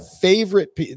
favorite